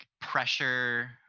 pressure